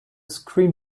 screen